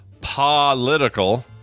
political